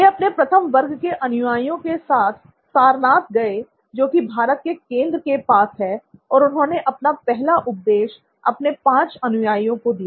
वे अपने प्रथम वर्ग के अनुयायियों के पास सारनाथ गए जो कि भारत के केंद्र के पास है और उन्होंने अपना पहला उपदेश अपने 5 अनुयायिओं को दिया